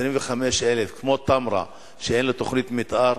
25,000, כמו תמרה, שאין לו תוכנית מיתאר?